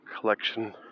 collection